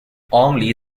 only